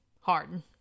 hard